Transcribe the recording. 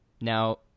Now